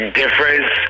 difference